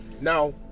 Now